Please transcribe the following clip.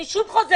אני שוב אומרת,